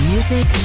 Music